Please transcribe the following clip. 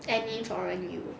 any foreign U